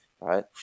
right